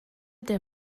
der